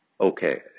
okay